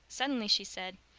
suddenly she said,